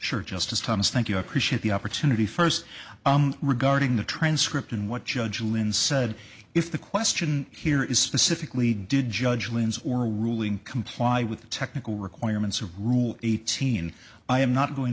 sure justice thomas thank you appreciate the opportunity first regarding the transcript and what judge lynn said if the question here is specifically did judge lynn's or a ruling comply with the technical requirements of rule eighteen i am not going